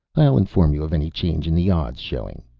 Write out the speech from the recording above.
i'll inform you of any change in the odds showing.